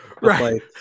right